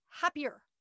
happier